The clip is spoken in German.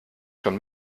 schon